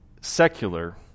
secular